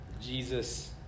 Jesus